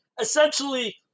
essentially